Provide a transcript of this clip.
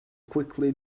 quickly